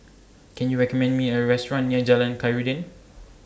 Can YOU recommend Me A Restaurant near Jalan Khairuddin